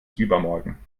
übermorgen